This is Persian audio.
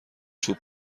چوب